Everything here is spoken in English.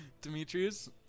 Demetrius